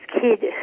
kid